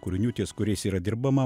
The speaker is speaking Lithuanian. kūrinių ties kuriais yra dirbama